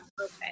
okay